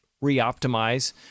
re-optimize